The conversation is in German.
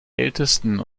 ältesten